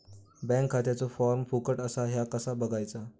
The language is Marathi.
बँक खात्याचो फार्म फुकट असा ह्या कसा बगायचा?